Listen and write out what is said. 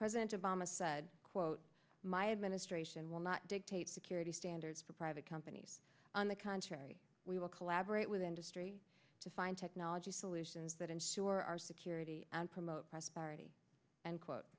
president obama said quote my administration will not dictate security standards for private companies on the contrary we will collaborate with industry to find technology solutions that ensure our security and promote prosperity and quote